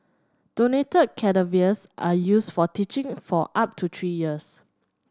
donated cadavers are used for teaching for up to three years